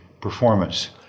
performance